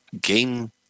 game